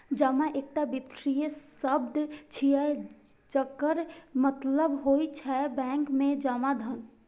जमा एकटा वित्तीय शब्द छियै, जकर मतलब होइ छै बैंक मे जमा धन